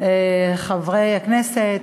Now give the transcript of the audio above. חברי הכנסת,